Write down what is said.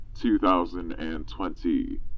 2020